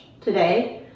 today